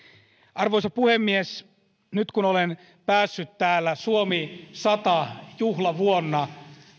arvoisa puhemies nyt kun olen päässyt tänä suomi sata juhlavuonna